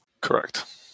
correct